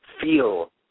feel